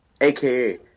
aka